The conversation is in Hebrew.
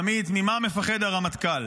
עמית, ממה מפחד הרמטכ"ל?